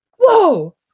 Whoa